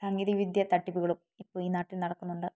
സാങ്കേതികവിദ്യ തട്ടിപ്പുകളും ഇപ്പോൾ ഈ നാട്ടിൽ നടക്കുന്നുണ്ട്